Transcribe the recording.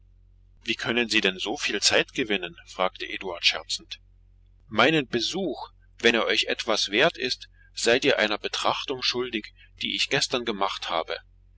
wie können sie denn soviel zeit gewinnen fragte eduard scherzend meinen besuch wenn er euch etwas wert ist seid ihr einer betrachtung schuldig die ich gestern gemacht habe